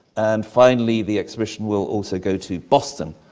and, finally, the exhibition will also go to boston,